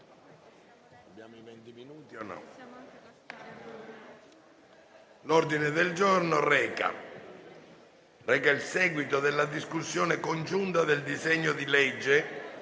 L'ordine del giorno reca il seguito della discussione congiunta del disegno di legge